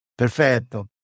*Perfetto*